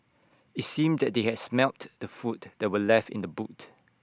IT seemed that they had smelt the food that were left in the boot